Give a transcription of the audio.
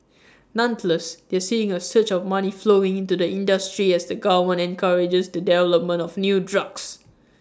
nonetheless they're seeing A surge of money flowing into the industry as the government encourages the development of new drugs